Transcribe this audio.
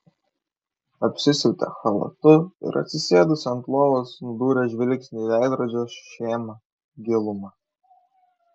apsisiautė chalatu ir atsisėdusi ant lovos nudūrė žvilgsnį į veidrodžio šėmą gilumą